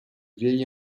vieillit